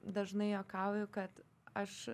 dažnai juokauju kad aš